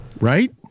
Right